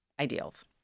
ideals